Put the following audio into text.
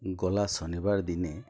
ଗଲା ଶନିବାର ଦିନେ